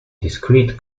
discrete